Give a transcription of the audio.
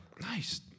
Nice